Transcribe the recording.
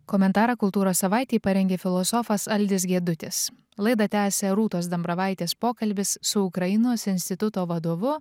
komentarą kultūros savaitei parengė filosofas aldis gedutis laidą tęsia rūtos dambravaitės pokalbis su ukrainos instituto vadovu